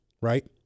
right